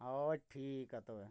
ᱚ ᱴᱷᱤᱠᱟ ᱛᱚᱵᱮ